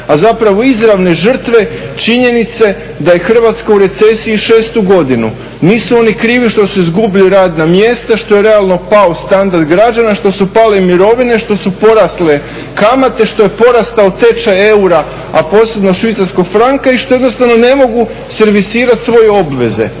a zapravo izravne žrtve činjenice da je Hrvatska u recesiji šestu godinu. Nisu oni krivi što su izgubili radna mjesta, što je realno pao standard građana, što su pale mirovine, što su porasle kamate, što je porastao tečaj eura a posebno švicarskog franka i što jednostavno ne mogu servisirati svoje obveze.